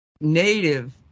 native